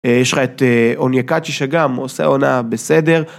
יש לך את עוני הקאצ'י שגם עושה עונה בסדר.